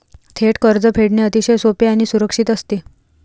थेट कर्ज फेडणे अतिशय सोपे आणि सुरक्षित असते